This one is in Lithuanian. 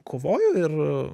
kovoju ir